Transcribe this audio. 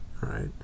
Right